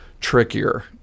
trickier